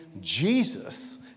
Jesus